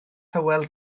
hywel